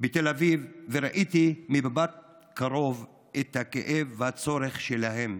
בתל אביב וראיתי מקרוב את הכאב והצורך שלהם.